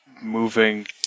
moving